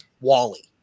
Wally